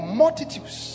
multitudes